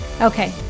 Okay